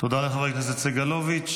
תודה לחבר הכנסת סגלוביץ'.